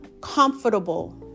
comfortable